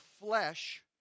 flesh